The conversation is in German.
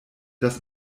das